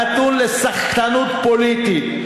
הנתון לסחטנות פוליטית.